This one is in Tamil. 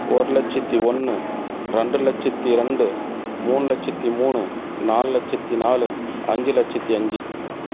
ஒரு லட்சத்து ஒன்று ரெண்டு லட்சத்து ரெண்டு மூணு லட்சத்து மூணு நாலு லட்சத்து நாலு அஞ்சு லட்சத்து அஞ்சு